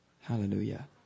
Hallelujah